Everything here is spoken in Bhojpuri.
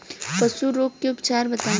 पशु रोग के उपचार बताई?